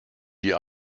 die